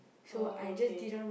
oh okay